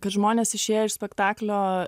kad žmonės išėję iš spektaklio